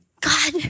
God